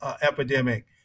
epidemic